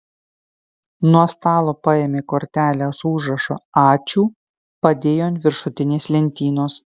nuo stalo paėmė kortelę su užrašu ačiū padėjo ant viršutinės lentynos